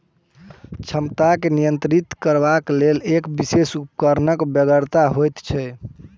क्षमता के नियंत्रित करबाक लेल एक विशेष उपकरणक बेगरता होइत छै